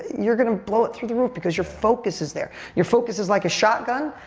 you're gonna blow it through the roof because your focus is there. your focus is like a shotgun.